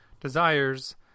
desires